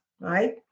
right